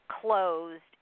closed